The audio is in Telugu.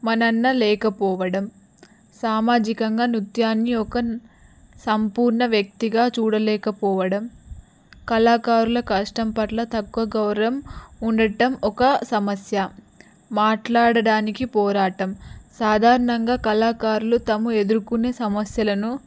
మన్నన లేకపోవడం సామాజికంగా నృత్యాన్ని ఒక సంపూర్ణ వ్యక్తిగా చూడలేకపోవడం కళాకారుల కష్టం పట్ల తక్కువ గౌరవం ఉండటం ఒక సమస్య మాట్లాడడానికి పోరాటం సాధారణంగా కళాకారులు తాము ఎదుర్కునే సమస్యలను